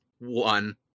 one